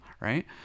right